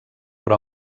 però